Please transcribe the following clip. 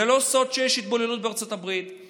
זה לא סוד שיש התבוללות בארצות הברית.